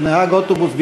של נהג האוטובוס,